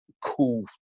cool